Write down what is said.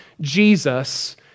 Jesus